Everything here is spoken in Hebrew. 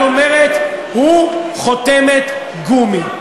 את אומרת, הוא חותמת גומי.